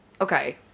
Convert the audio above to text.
okay